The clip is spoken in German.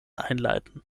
einleiten